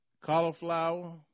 cauliflower